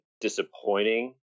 disappointing